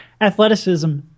athleticism